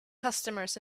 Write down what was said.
customers